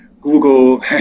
Google